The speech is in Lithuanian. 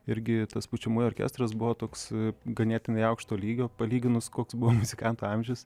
irgi tas pučiamųjų orkestras buvo toks ganėtinai aukšto lygio palyginus koks muzikantų amžius